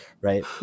right